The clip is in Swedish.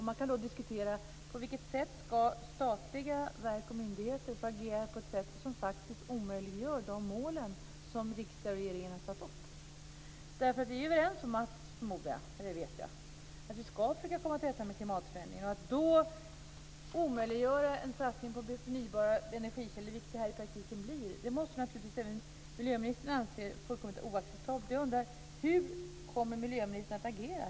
Man kan diskutera om statliga verk och myndigheter får agera på ett sätt som faktiskt omöjliggör de mål som riksdag och regering har satt upp. Vi är överens om, det vet jag, att vi ska försöka komma till rätta med klimatförändringarna. Att då omöjliggöra en satsning på förnybara energikällor, vilket det i praktiken blir, måste naturligtvis även miljöministern anse fullkomligt oacceptabelt. Jag undrar: Hur kommer miljöministern att agera?